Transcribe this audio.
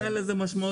אין לזה משמעות.